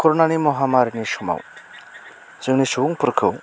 करनानि महामारनि समाव जोंनि सुबुंफोरखौ